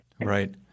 Right